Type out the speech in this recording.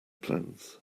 plans